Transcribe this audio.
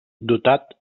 dotat